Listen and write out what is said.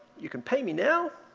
you can pay me now